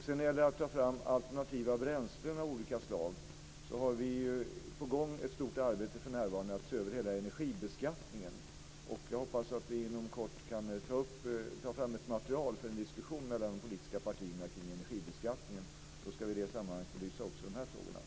När det gäller att ta fram alternativa bränslen av olika slag har vi för närvarande ett stort arbete på gång att se över hela energibeskattningen. Jag hoppas att vi inom kort kan ta fram ett material för en diskussion mellan de politiska partierna kring energibeskattningen. I det sammanhanget ska vi också belysa dessa frågor.